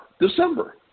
December